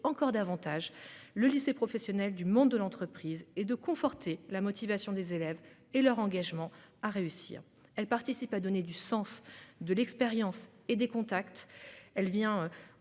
encore davantage le lycée professionnel du monde de l'entreprise et de conforter la motivation des élèves ainsi que leur engagement à réussir. Les stages contribuent à donner du sens, de l'expérience et des contacts, ils renforcent